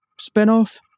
spin-off